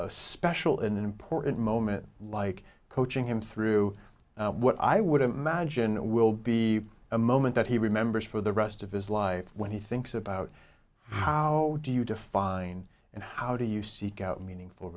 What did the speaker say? a special and important moment like coaching him through what i would imagine will be a moment that he remembers for the rest of his life when he thinks about how do you define and how do you seek out meaningful